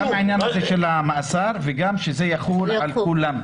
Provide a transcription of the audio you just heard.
גם העניין הזה של המאסר וגם שזה יחול על כולם.